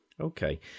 okay